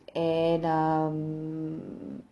and um